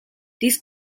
these